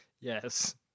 Yes